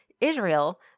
Israel